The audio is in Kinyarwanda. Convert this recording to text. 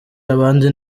abandi